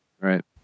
Right